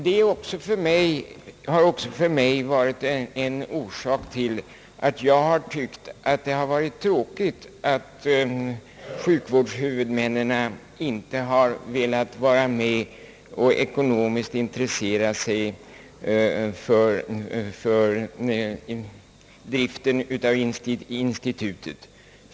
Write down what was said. Det har också varit en orsak till att jag har tyckt att det varit tråkigt att sjukvårdshuvudmännen inte har velat ekonomiskt intressera sig för driften av institutet.